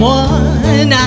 one